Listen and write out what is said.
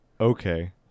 Okay